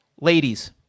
ladies